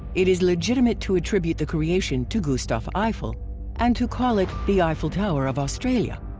it is legitimate to attribute the creation to gustav eiffel and to call it the eiffel tower of australia.